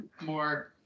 more